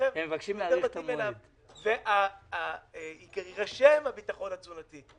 שהוא יותר מתאים ויירשם הביטחון התזונתי.